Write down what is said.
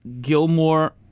Gilmore